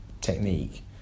technique